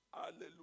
Hallelujah